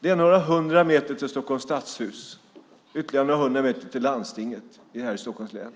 Det är några hundra meter till Stockholms stadshus, ytterligare några hundra meter till landstinget här i Stockholms län,